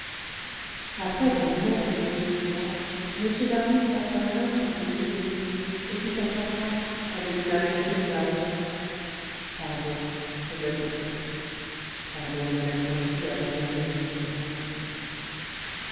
après un moment de douloureux silence m d'harville passa la main sur ses yeux humides et dit à sa femme avec une amertume navrante pardon de m'être trompé pardon de m'être ainsi abandonné à une espérance insensée